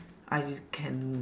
I can